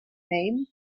name